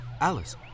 Alice